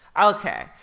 Okay